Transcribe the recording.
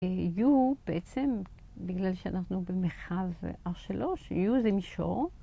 יהיו בעצם, בגלל שאנחנו במרחב R3, יהיו זה מישור.